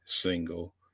single